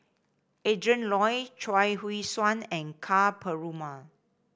Adrin Loi Chuang Hui Tsuan and Ka Perumal